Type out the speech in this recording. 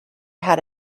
had